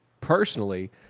personally